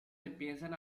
empiezan